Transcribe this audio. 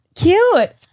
Cute